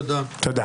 תודה.